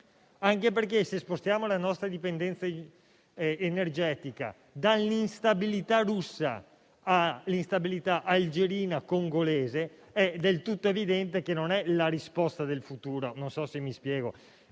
anche perché, se spostiamo la nostra dipendenza energetica dall'instabilità russa all'instabilità algerina e congolese, è del tutto evidente che non è la risposta del futuro. Non so se mi spiego.